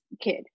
kid